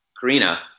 Karina